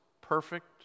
perfect